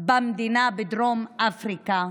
במדינה בדרום אפריקה,